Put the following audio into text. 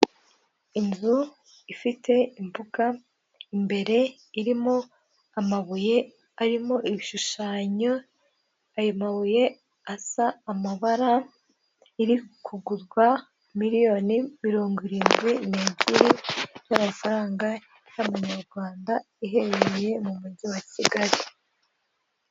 Inzu ifite imbuga, imbere irimo amabuye arimo ibishushanyo, ayo mabuye asa amabara, iri kugurwa miriyoni mirongo irindwi n'ebyiri y'amafaranga y'amanyarwanda, iherereye mu mujyi wa Kigali.